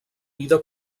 vida